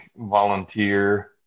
volunteer